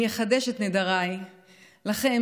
אני אחדש את נדריי לכם,